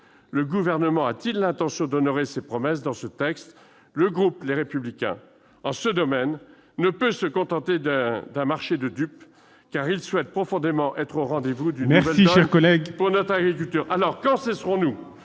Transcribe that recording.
Le Gouvernement a-t-il l'intention d'honorer ses promesses dans ce texte ? Le groupe Les Républicains, en ce domaine, ne peut pas se contenter d'un marché de dupes, car il souhaite profondément être au rendez-vous d'une nouvelle donne pour notre agriculture. Merci, cher collègue !